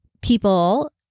people